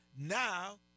Now